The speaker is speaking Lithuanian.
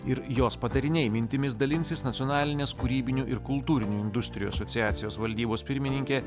ir jos padariniai mintimis dalinsis nacionalinės kūrybinių ir kultūrinių industrijų asociacijos valdybos pirmininkė